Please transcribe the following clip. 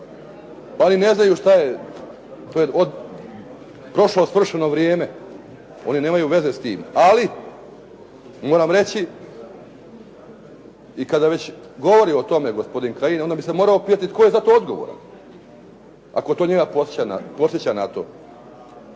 oni ne znaju šta, to je prošlo svršeno vrijeme, oni nemaju veze s time. Ali moram reći i kad već govori o tome gospodin Kajin onda bi se morao pitati tko je za to odgovoran ako to njega podsjeća na to,